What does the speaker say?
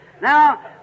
Now